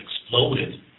exploded